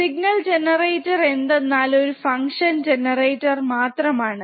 signal generator എന്തെന്നാൽ ഒരു function generator മാത്രമാണ്